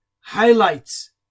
highlights